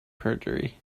perjury